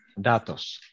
Datos